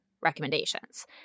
recommendations